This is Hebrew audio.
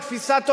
את תפיסת עולמו,